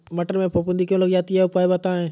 मटर में फफूंदी क्यो लग जाती है उपाय बताएं?